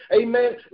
Amen